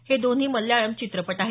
हे दोन्ही मल्याळम चित्रपट आहेत